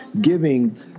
giving